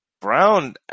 Brown